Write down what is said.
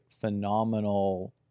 phenomenal